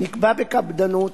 נקבע בקפדנות,